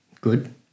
good